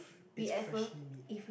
it's freshly made